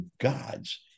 gods